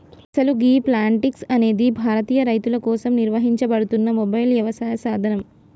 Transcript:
అసలు గీ ప్లాంటిక్స్ అనేది భారతీయ రైతుల కోసం నిర్వహించబడుతున్న మొబైల్ యవసాయ సాధనం